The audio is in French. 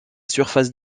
surface